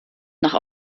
nach